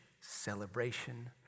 celebration